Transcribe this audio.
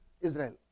Israel